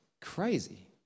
crazy